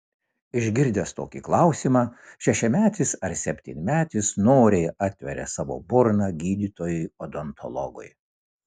išgirdęs tokį klausimą šešiametis ar septynmetis noriai atveria savo burną gydytojui odontologui